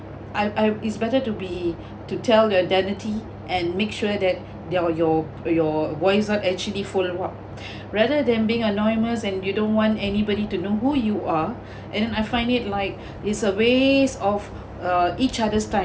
I I it's better to be to tell their identity and make sure that they're you're you're voice out actually follow up rather than being anonymous and you don't want anybody to know who you are and I find it like it's a waste of uh each other's time